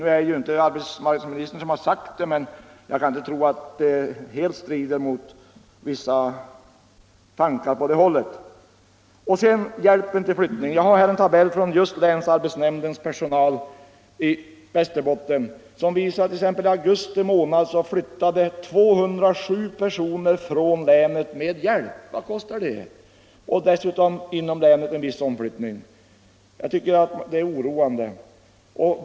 Nu är det ju inte arbetsmarknadsministern som har sagt detta, men jag kan inte tro att det helt strider mot hans tankegångar. När det sedan gäller hjälpen till flyttning har jag en tabell just från länsarbetsnämndens personal i Västerbotten, som visar att t.ex. i augusti månad flyttade 207 personer från länet med hjälp. Vad kostar det? Dessutom förekom viss omflyttning inom länet. Jag tycker det är oroande.